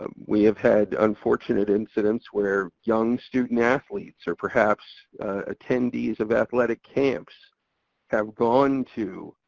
ah we have had unfortunate incidents where young student athletes, or perhaps attendees of athletic camps have gone to,